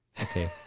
Okay